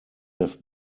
have